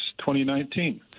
2019